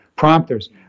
prompters